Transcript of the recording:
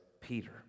Peter